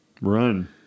run